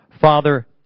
Father